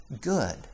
good